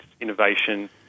innovation